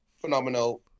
phenomenal